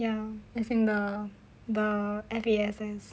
ya as in the the F_A_S_S